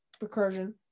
recursion